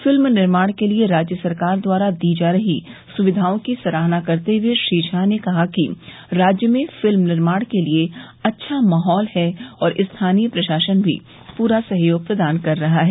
film निर्माण के लिए राज्य सरकार द्वारा दी जा रही सुविधाओं की सराहना करते हुए श्री ज्ञा ने कहा कि राज्य में फ़िल्म निर्माण के लिए अच्छा माहौल है और स्थानीय प्रशासन भी पूरा सहयोग प्रदान कर रहा है